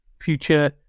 future